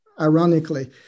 ironically